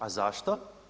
A zašto?